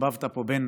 וערבבת פה בין